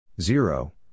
Zero